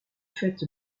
faite